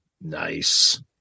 Nice